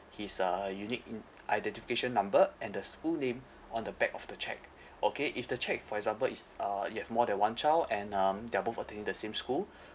his uh unique in~ identification number and the school name on the back of the cheque okay if the cheque for example is uh you have more than one child and um they're both attending the same school